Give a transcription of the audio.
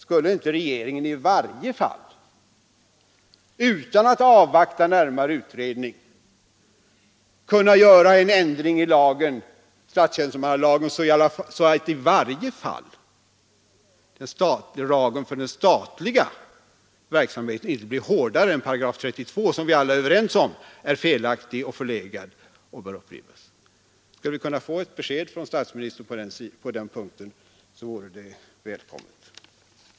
Skulle inte regeringen, utan att avvakta närmare utredning, kunna göra en ändring i lagen för den statliga verksamheten så att den i varje fall inte blir hårdare än § 32, som vi alla är överens om är felaktig och förlegad och bör upprivas? Skulle vi kunna få ett besked från statsministern på den punkten, så vore det välkommet.